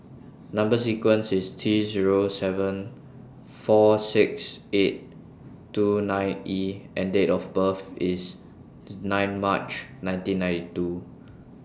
Number sequence IS T Zero seven four six eight two nine E and Date of birth IS nine March nineteen ninety two